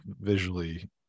visually